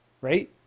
Right